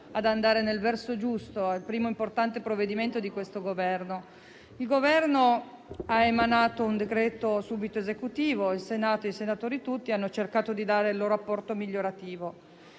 ad andare nel verso giusto. È il primo importante provvedimento di questo Governo, che ha emanato un decreto-legge subito esecutivo e il Senato e i senatori tutti hanno cercato di dare il loro apporto migliorativo.